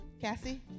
Cassie